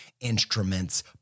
instrument's